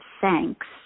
thanks